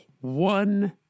one